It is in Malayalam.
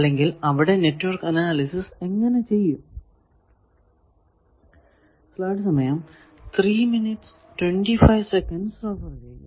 അല്ലെങ്കിൽ അവിടെ നെറ്റ്വർക്ക് അനാലിസിസ് എങ്ങനെ ചെയ്യും